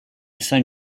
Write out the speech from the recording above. san